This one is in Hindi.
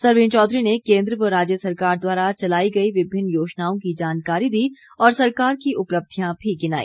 सरवीण चौधरी ने केन्द्र व राज्य सरकार द्वारा चलाई गई विभिन्न योजनाओं की जानकारी दी और सरकार की उपलब्धियां भी गिनाई